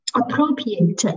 appropriated